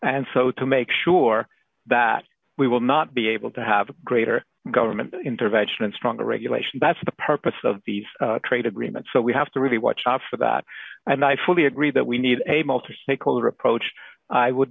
and so to make sure that we will not be able to have greater government intervention and stronger regulation that's the purpose of these trade agreements so we have to really watch out for that and i fully agree that we need a multistakeholder approach i would